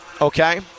okay